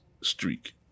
streak